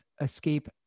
escape